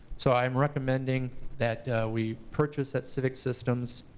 so i'm recommending that we purchase that civic systems.